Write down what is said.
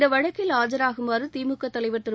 இந்த வழக்கில் ஆஜராகுமாறு திமுக தலைவர் திரு